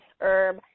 herb